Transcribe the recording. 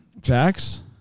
Jax